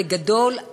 בגדול,